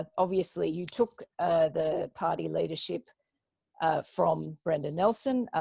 and obviously, you took the party leadership from brendan nelson.